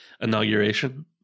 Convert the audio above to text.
inauguration